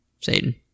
Satan